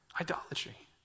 Idolatry